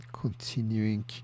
continuing